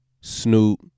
Snoop